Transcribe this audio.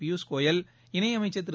பியூஷ் கோயல் இணையமைச்சர் திரு